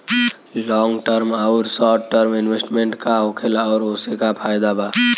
Long term आउर short term investment का होखेला और ओसे का फायदा बा?